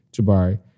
Jabari